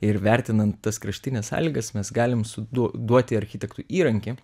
ir vertinant tas kraštines sąlygas mes galim suduo duoti architektui įrankį